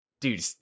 Dude